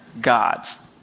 gods